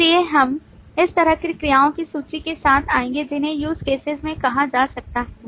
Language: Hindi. इसलिए हम इस तरह की क्रियाओं की सूची के साथ आएंगे जिन्हें use cases में कहा जा सकता है